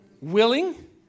Willing